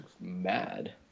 Mad